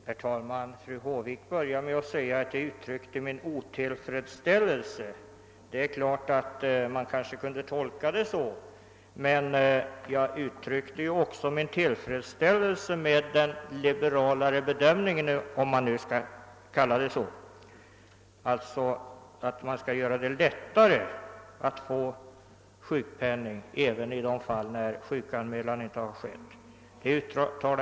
Herr talman! Fru Håvik började med att påstå att jag hade uttalat min otillfredsställelse med det som hade hänt i frågan. Det är klart att man kan tolka det så, men jag uttalade också min stora tillfredsställelse med den mera liberala bedömning som innebär att sjukpenning skall kunna utbetalas även i sådana fall där sjukanmälan inte har gjorts.